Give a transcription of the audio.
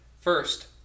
First